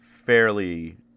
Fairly